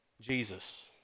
Jesus